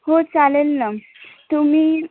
हो चालेल ना तुम्ही